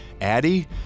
Addie